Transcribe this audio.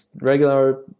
regular